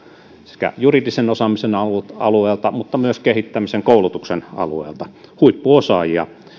sekä juridisen osaamisen alueelta alueelta että myös kehittämisen koulutuksen alueelta huippuosaajia